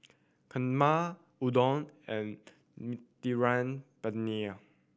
Kheema Udon and Mediterranean Penne